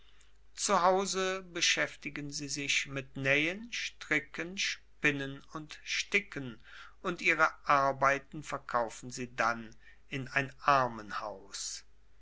hause beschäftigen sie sich mit nähen stricken spinnen und sticken und ihre arbeiten verkaufen sie dann in ein armenhaus